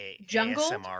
jungle